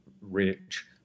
rich